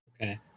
Okay